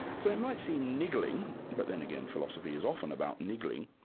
so it might seem niggling but then again philosophy is often about niggling,